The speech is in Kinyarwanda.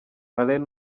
alain